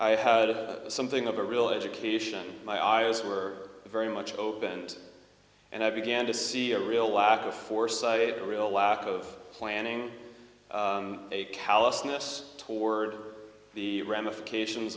i had something of a real education my eyes were very much opened and i began to see a real lack of foresight a real lack of planning a callousness toward the ramifications